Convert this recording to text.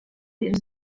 dins